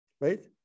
right